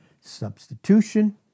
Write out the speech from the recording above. substitution